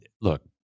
look